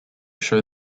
show